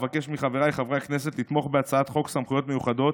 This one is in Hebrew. אבקש מחבריי חברי הכנסת לתמוך בהצעת חוק סמכויות מיוחדות